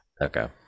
okay